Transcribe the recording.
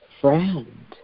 friend